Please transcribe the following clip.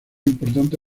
importante